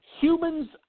Humans